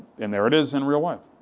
and there it is in real life.